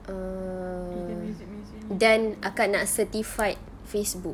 err dan akak nak certified facebook